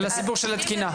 על הסיפור של התקינה.